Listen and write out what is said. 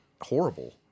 horrible